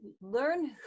learn